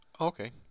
Okay